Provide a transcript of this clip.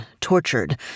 tortured